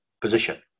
position